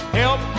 help